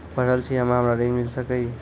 पढल छी हम्मे हमरा ऋण मिल सकई?